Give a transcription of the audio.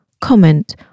comment